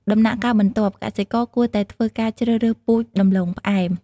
ដំណាក់កាលបន្ទាប់ កសិករគួរតែធ្វើការជ្រើសរើសពូជដំឡូងផ្អែម។